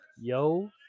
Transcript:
yo